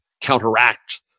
counteract